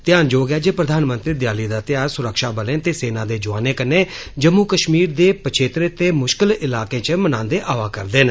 ध्यानजोग ऐ जे प्रधानमंत्री दिवाली दा त्यार सुरक्षाबलें ते सेना दे जवने कन्नै जम्मू कश्मीर दे पछेत्रे ते मुश्किल इलाकें च मनांदे अवा करदे न